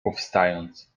powstając